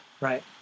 right